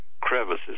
crevices